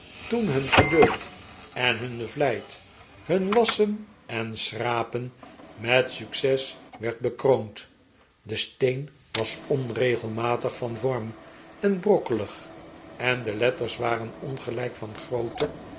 toen hun geduld en hun vlijt hun wasschen en schrapen met succes werd bekroond de steen was onregelmatig van vorm en brokkelig en de letters waren ongelijk van grootte